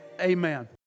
amen